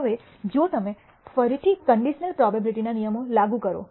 હવે જો તમે ફરીથી કન્ડિશનલ પ્રોબેબીલીટીના નિયમો લાગુ કરો